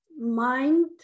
mind